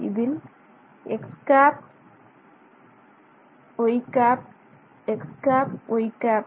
இதில் x ̂y ̂x ̂y ̂